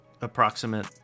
approximate